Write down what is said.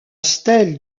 stèle